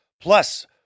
Plus